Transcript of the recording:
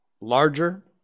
larger